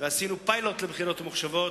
ועשינו פיילוט לבחירות ממוחשבות,